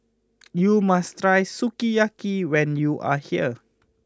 you must try Sukiyaki when you are here